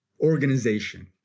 organization